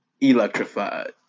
Electrified